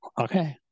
okay